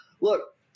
look